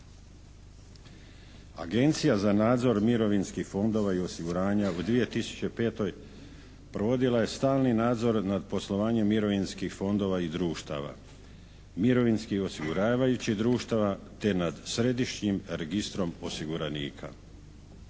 Agencija za nadzor mirovinskih fondova i osiguranja u 2005. provodila je stalni nadzor nad poslovanjem mirovinskih fondova i društava, mirovinskih osiguravajućih društava te nad središnjim registrom osiguranika.